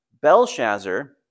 Belshazzar